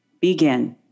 begin